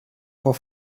vor